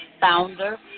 founder